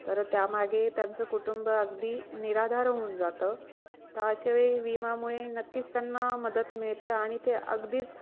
तर त्यामागे त्यांचं कुटुंब अगदी निराधार होऊन जातं तर अशावेळी विमामुळे नक्कीच त्यांना मदत मिळते आणि ते अगदीच